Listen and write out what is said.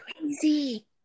crazy